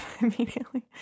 immediately